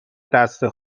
دسته